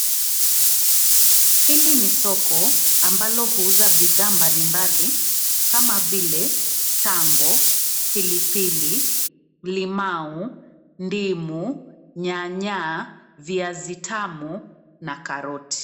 Hili ni soko, ambalo huuza bidhaa mbalimbali, kama vile, tango, pilipili, limau, ndimu, nyanya, viazi tamu na karoti.